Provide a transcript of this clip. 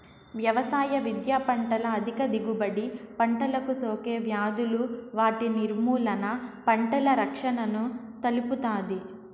వ్యవసాయ విద్య పంటల అధిక దిగుబడి, పంటలకు సోకే వ్యాధులు వాటి నిర్మూలన, పంటల రక్షణను తెలుపుతాది